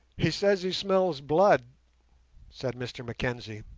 he says he smells blood said mr mackenzie.